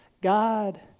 God